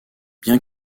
bien